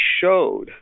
showed